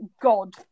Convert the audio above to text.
god